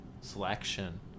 selection